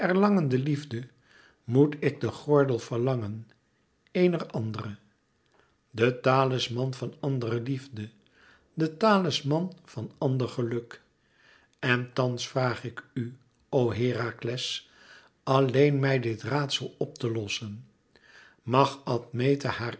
erlangen de liefde moet ik den gordel verlangen eener andere de talisman van andere liefde de talisman van ander geluk en thans vraag ik u o herakles alleen mij dit raadsel op te lossen mag admete haar